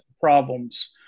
problems